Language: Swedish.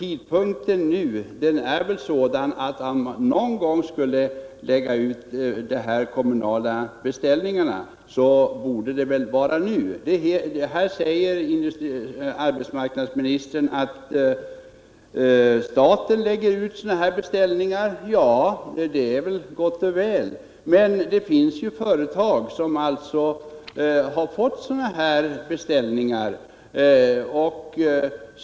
Om man någon gång skulle lägga ut kommunala beställningar, borde det väl ske nu. Arbetsmarknadsministern säger att staten lägger ut beställningar. Ja, det är gott och väl, men det finns företag som har fått sådana här beställningar.